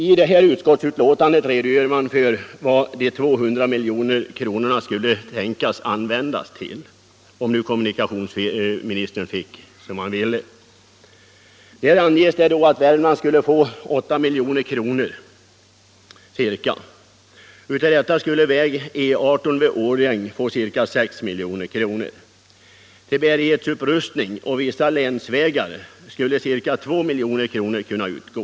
I det här utskottsbetänkandet redogörs för var de 200 miljonerna skulle kunna användas till — om nu kommunikationsministern får som han vill. Där anges att Värmland skulle få ca 8 milj.kr. Av detta skulle väg E 18 vid Årjäng få ca 6 milj.kr. Till bärighetsupprustning av vissa länsvägar skulle ca 2 milj.kr. kunna utgå.